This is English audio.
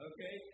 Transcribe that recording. Okay